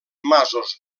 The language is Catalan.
masos